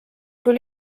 küll